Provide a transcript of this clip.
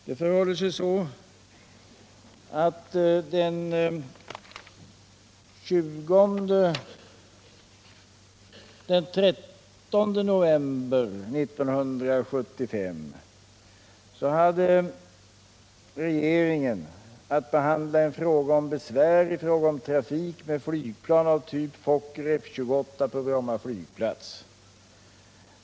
Den 13 november 1975 hade regeringen att behandla en fråga om besvär i fråga om trafik med flygplan av typ Fokker F-28 på Bromma flygplats.